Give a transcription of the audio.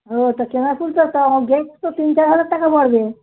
ও তা কেনা ফুল তো তা গেট তো তিন চার হাজার টাকা পড়বে